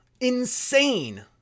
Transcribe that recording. insane